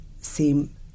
seem